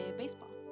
baseball